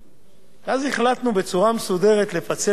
ואז החלטנו בצורה מסודרת לפצל את החוק.